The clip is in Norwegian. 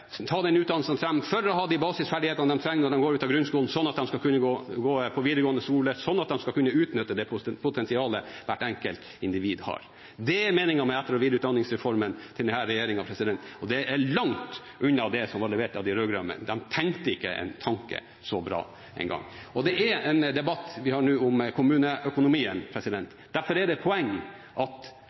ha de basisferdighetene de trenger når de går ut av grunnskolen, sånn at de skal kunne gå på videregående skole, og sånn at de skal kunne utnytte det potensialet hvert enkelt individ har. Det er meningen med etter- og videreutdanningsreformen til denne regjeringen. Det er langt unna det som var levert av de rød-grønne. De tenkte ikke en tanke så bra, engang. Det er en debatt om kommuneøkonomien vi har nå. Derfor er det et poeng at